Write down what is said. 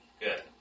Good